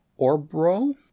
Orbro